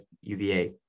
UVA